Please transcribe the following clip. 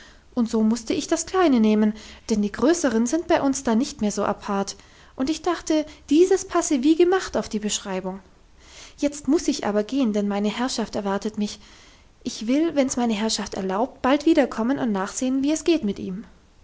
und so musste ich das kleine nehmen denn die größeren sind bei uns dann nicht mehr so apart und ich dachte dieses passe wie gemacht auf die beschreibung jetzt muss ich aber gehen denn meine herrschaft erwartet mich ich will wenn's meine herrschaft erlaubt bald wieder kommen und nachsehen wie es geht mit ihm